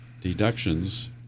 deductions